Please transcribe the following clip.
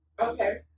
okay